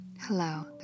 Hello